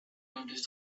noticed